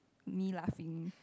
me laughing